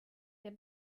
der